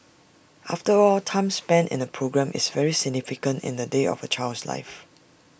after all time spent in A programme is very significant in the day of A child's life